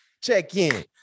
check-in